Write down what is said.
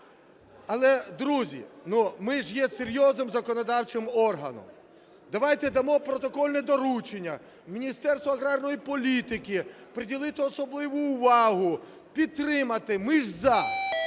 Але, друзі, ми ж є серйозним законодавчим органом, давайте дамо протокольне доручення Міністерству аграрної політики приділити особливу увагу, підтримати. Ми ж –